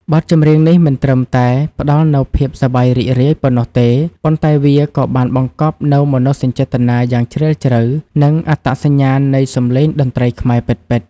បទចម្រៀងនេះមិនត្រឹមតែផ្ដល់នូវភាពសប្បាយរីករាយប៉ុណ្ណោះទេ ប៉ុន្តែវាក៏បានបង្កប់នូវមនោសញ្ចេតនាយ៉ាងជ្រាលជ្រៅ និងអត្តសញ្ញាណនៃសម្លេងតន្ត្រីខ្មែរពិតៗ។